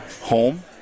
Home